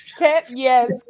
yes